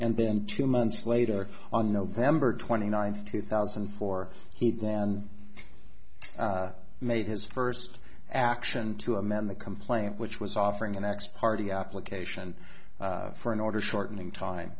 and then two months later on november twenty ninth two thousand and four he then made his first action to amend the complaint which was offering an ex party application for an order shortening time